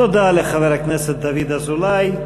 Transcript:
תודה לחבר הכנסת דוד אזולאי.